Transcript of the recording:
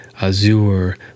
azure